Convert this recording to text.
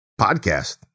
podcast